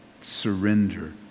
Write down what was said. surrender